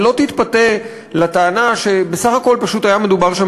ולא תתפתה לטענה שבסך הכול היה מדובר פשוט